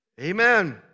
Amen